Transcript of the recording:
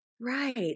right